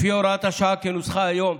לפי הוראת השעה כנוסחה היום,